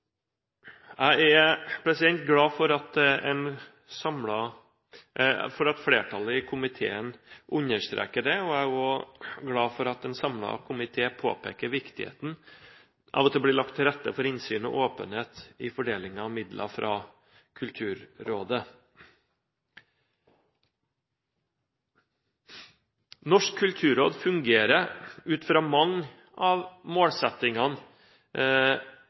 Jeg er glad for at flertallet i komiteen understreker det, og jeg er glad for at en samlet komité påpeker viktigheten av at det blir lagt til rette for innsyn og åpenhet i fordelingen av midler fra Kulturrådet. Norsk kulturråd fungerer ut fra mange av målsettingene